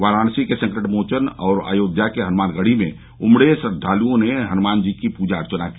वाराणसी के संकटमोचन और अयोध्या के हनुमानगढ़ी में उमड़े श्रद्वालुओं ने हनुमान जी की पूजा अर्चना की